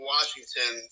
Washington